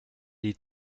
die